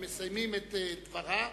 מסיימת את דבריה,